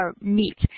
meet